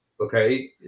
Okay